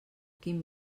quin